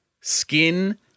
skin